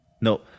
no